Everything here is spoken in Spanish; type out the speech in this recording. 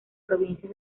provincia